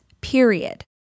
period